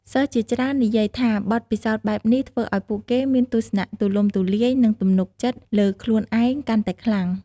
សិស្សជាច្រើននិយាយថាបទពិសោធន៍បែបនេះធ្វើឲ្យពួកគេមានទស្សនៈទូលំទូលាយ និងទំនុកចិត្តលើខ្លួនឯងកាន់តែខ្លាំង។